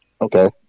okay